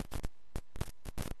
לא אתה לי ואני